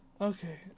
Okay